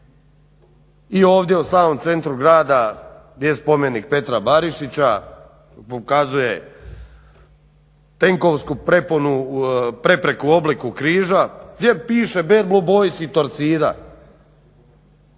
i ovdje u samom centru grada gdje je Spomenik Petra Barišića pokazuje tenkovsku prepreku u obliku križa gdje piše BBB i Torcida.